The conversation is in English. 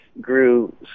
grew